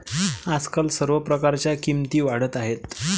आजकाल सर्व प्रकारच्या किमती वाढत आहेत